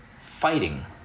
fighting